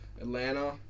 Atlanta